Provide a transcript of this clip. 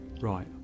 Right